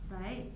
right